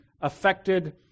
affected